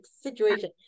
situation